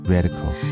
Radical 。